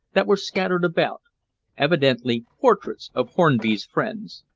that were scattered about evidently portraits of hornby's friends.